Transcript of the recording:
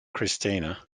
christina